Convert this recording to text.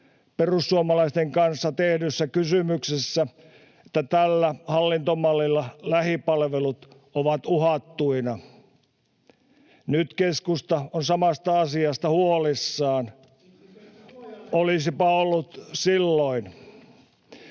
perussuomalaisten kanssa tehdyssä kysymyksessä, että tällä hallintomallilla lähipalvelut ovat uhattuina. Nyt keskusta on samasta asiasta huolissaan. [Antti Kurvinen: